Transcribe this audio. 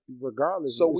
regardless